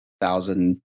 thousand